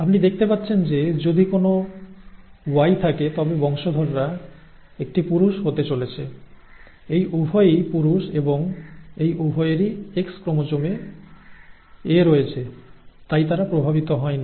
আপনি দেখতে পাচ্ছেন যে যদি কোনও Y থাকে তবে বংশধররা একটি পুরুষ হতে চলেছে এই উভয়ই পুরুষ এবং এই উভয়েরই X ক্রোমোসোমে A রয়েছে তাই তারা প্রভাবিত হয়নি